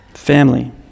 family